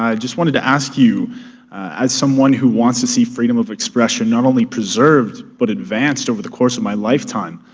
ah just wanted to ask you as someone who wants to see freedom of expression not only preserved, but advanced over the course of my lifetime,